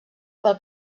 pel